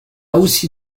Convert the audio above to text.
aussi